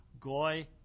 Goy